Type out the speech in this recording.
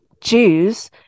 jews